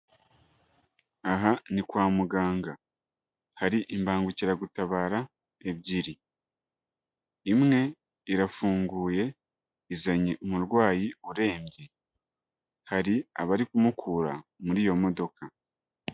Aha ni kwa muganga. Hari imbangukiragutabara ebyiri. Imwe irafunguye, izanye umurwayi urembye. Hari abari kumukura muri iyo modoka.